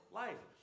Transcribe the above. life